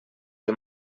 que